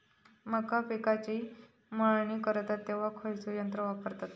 मका पिकाची मळणी करतत तेव्हा खैयचो यंत्र वापरतत?